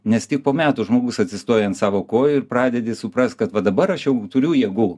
nes tik po metų žmogus atsistoja ant savo kojų ir pradedi suprast kad va dabar aš jau turiu jėgų